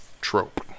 trope